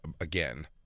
again